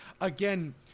again